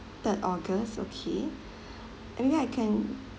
third august okay anyway I can